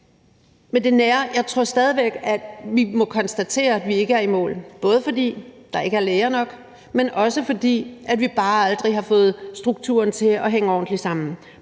Men vi må konstatere, at vi ikke er i mål endnu, både fordi der ikke er læger nok, men også fordi vi bare aldrig har fået strukturen til at hænge ordentlig sammen